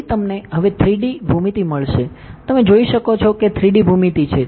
તેથી તમને હવે 3D ભૂમિતિ મળશે તમે જોઈ શકો છો કે 3D ભૂમિતિ છે